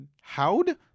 Howd